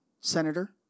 senator